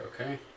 Okay